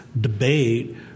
debate